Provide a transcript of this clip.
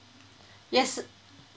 yes